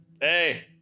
Hey